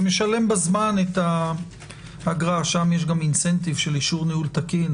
ומשלם בזמן את האגרה שם יש גם אינסנטיב של אישור ניהול תקין,